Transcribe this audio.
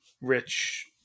rich